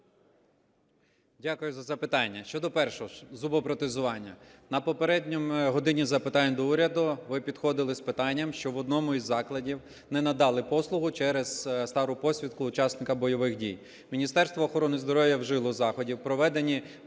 Дякую за запитання. Щодо першого, зубопротезування. На попередній "годині запитань до Уряду" ви підходили з питанням, що в одному із закладів не надали послугу через стару посвідку учасника бойових дій. Міністерство охорони здоров'я вжило заходів. Проведено